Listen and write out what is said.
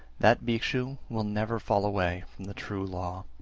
that bhikshu will never fall away from the true law.